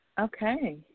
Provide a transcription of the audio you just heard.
Okay